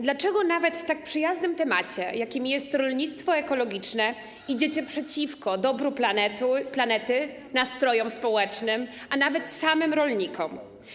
Dlaczego nawet w tak przyjaznym temacie, jakim jest rolnictwo ekologiczne, jesteście przeciwko dobru planety, nastrojom społecznym, a nawet samym rolnikom.